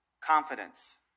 confidence